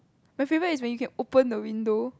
my favourite is when you can open the window